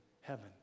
heaven